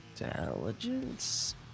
intelligence